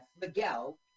Miguel